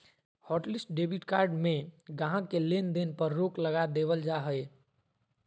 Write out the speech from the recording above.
hotlist debit card में गाहक़ के लेन देन पर रोक लगा देबल जा हय